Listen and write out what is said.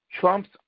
Trump's